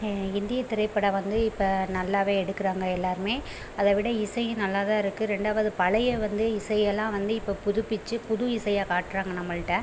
இந்திய திரைப்படம் வந்து இப்போ நல்லாவே எடுக்கிறாங்க எல்லோருமே அதைவிட இசையும் நல்லா தான் இருக்குது ரெண்டாவது பழைய வந்து இசையெல்லாம் வந்து இப்போ புதுப்பித்து புது இசையாக காட்டுறாங்க நம்மள்கிட்ட